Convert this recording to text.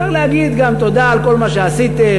אפשר לומר גם תודה על כל מה שעשיתם,